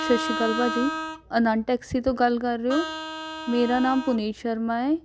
ਸਤਿ ਸ਼੍ਰੀ ਅਕਾਲ ਭਾਅ ਜੀ ਅਨੰਤ ਟੈਕਸੀ ਤੋਂ ਗੱਲ ਕਰ ਰਹੇ ਹੋ ਮੇਰਾ ਨਾਮ ਪੁਨੀਤ ਸ਼ਰਮਾ ਹੈ